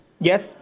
Yes